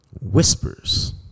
whispers